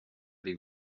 ari